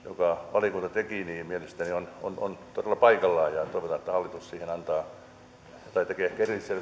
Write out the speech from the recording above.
valiokunta teki mielestäni on on todella paikallaan ja toivotaan että hallitus tekee